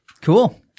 Cool